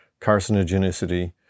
carcinogenicity